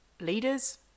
leaders